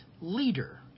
leader